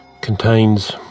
contains